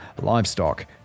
livestock